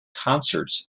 concerts